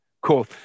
Cool